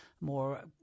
more